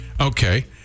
Okay